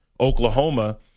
Oklahoma